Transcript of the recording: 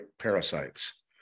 parasites